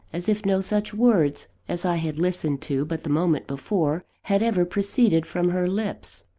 as if no such words as i had listened to but the moment before, had ever proceeded from her lips.